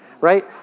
right